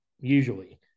usually